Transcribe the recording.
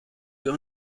wir